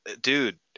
dude